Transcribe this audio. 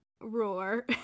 roar